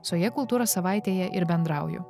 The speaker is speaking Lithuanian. su ja kultūros savaitėje ir bendrauju